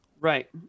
Right